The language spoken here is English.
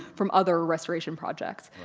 from other restoration projects.